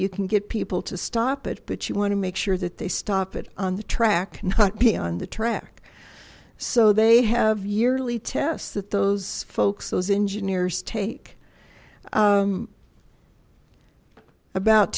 you can get people to stop it but you want to make sure that they stop it on the track but be on the track so they have yearly tests that those folks those engineers take about